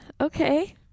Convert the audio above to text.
okay